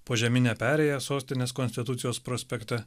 požeminė perėja sostinės konstitucijos prospekte